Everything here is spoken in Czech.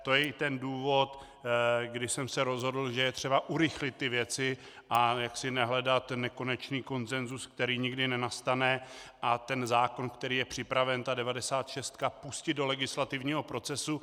To je i ten důvod, kdy jsem se rozhodl, že je třeba urychlit ty věci a nehledat nekonečný konsenzus, který nikdy nenastane, a zákon, který je připraven, tu devadesátšestku, pustit do legislativního procesu.